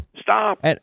Stop